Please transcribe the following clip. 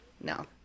no